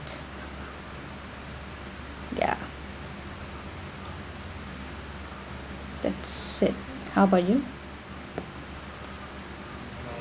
ya that's it how about you